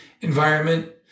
environment